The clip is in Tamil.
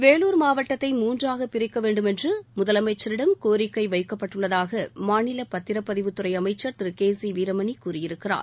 வேலூர் மாவட்டத்தை மூன்றாகப் பிரிக்க வேண்டுமென்று தமிழக முதலமைச்சரிடம் கோரிக்கை வைக்கப்பட்டுள்ளதாக மாநில பத்திரப்பதிவுத் துறை அமைச்சர் திரு கே சி வீரமணி கூறியிருக்கிறார்